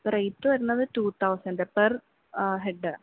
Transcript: അപ്പം റേറ്റ് വരുന്നത് two thousand per head